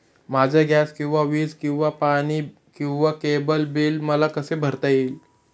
माझे गॅस किंवा वीज किंवा पाणी किंवा केबल बिल मला कसे भरता येईल?